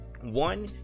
one